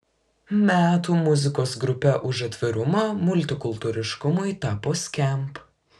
metų muzikos grupe už atvirumą multikultūriškumui tapo skamp